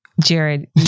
Jared